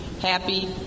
happy